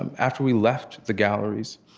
um after we left the galleries,